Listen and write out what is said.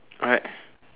right